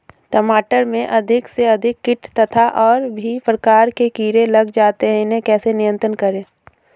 टमाटर में अधिक से अधिक कीट तथा और भी प्रकार के कीड़े लग जाते हैं इन्हें कैसे नियंत्रण करें?